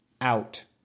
out